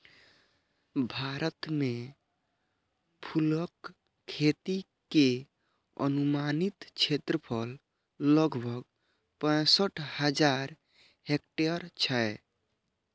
भारत मे फूलक खेती के अनुमानित क्षेत्रफल लगभग पैंसठ हजार हेक्टेयर छै